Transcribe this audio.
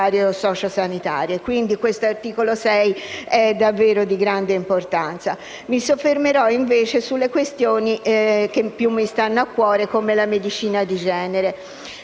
Questo articolo 6 è davvero di grande importanza. Mi soffermerò invece sulle questioni che più mi stanno a cuore come la medicina di genere.